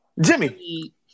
Jimmy